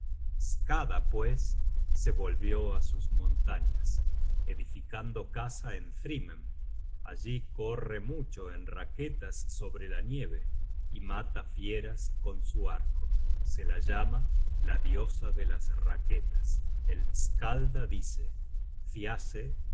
skada pues se volvió á sus montañas edificando casa en thrymhem allí corre mucho en raquetas sobre la nieve y mata fieras con su arco se la llama la diosa de las raquetas el skalda dice